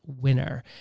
winner